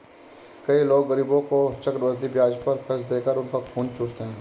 कई लोग गरीबों को चक्रवृद्धि ब्याज पर कर्ज देकर उनका खून चूसते हैं